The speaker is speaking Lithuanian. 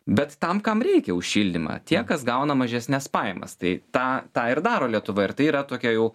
bet tam kam reikia už šildymą tie kas gauna mažesnes pajamas tai tą tą ir daro lietuva ir tai yra tokia jau